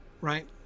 Right